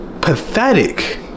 pathetic